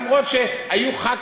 אף שהיו חברי